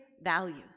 values